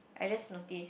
I just notice